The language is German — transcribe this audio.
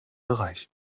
bereich